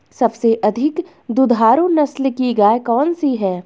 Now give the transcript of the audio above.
सबसे अधिक दुधारू नस्ल की गाय कौन सी है?